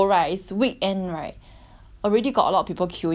already got a lot of people queueing outside though is it a lot of people